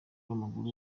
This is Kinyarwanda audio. w’amaguru